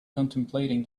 contemplating